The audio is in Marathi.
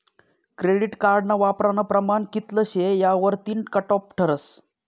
क्रेडिट कार्डना वापरानं प्रमाण कित्ल शे यावरतीन कटॉप ठरस